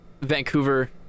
Vancouver